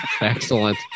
Excellent